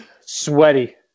Sweaty